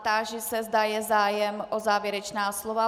Táži se, zda je zájem o závěrečná slova.